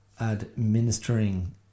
administering